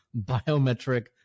biometric